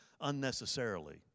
unnecessarily